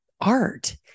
art